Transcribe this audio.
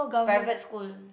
private school